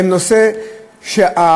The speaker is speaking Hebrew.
זה נושא שהזמן,